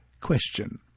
Question